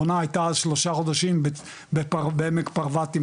עונה הייתה אז שלושה חודשים בעמק פרוואטי,